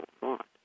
thought